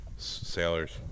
Sailors